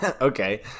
Okay